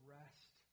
rest